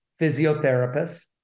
physiotherapists